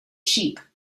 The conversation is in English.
sheep